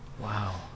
Wow